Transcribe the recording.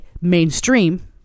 mainstream